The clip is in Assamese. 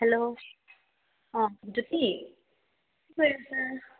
হেল্ল' অহ জ্যোতি কি কৰি আছা